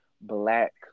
black